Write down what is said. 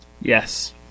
Yes